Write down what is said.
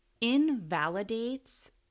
invalidates